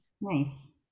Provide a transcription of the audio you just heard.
Nice